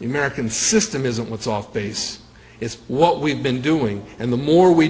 the american system isn't what's off base it's what we've been doing and the more we